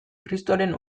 kristoren